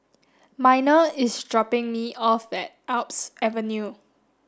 Miner is dropping me off at Alps Avenue